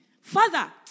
Father